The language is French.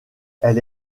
elle